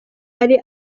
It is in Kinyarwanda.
ari